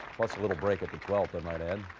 plus a little break at the twelfth i might add.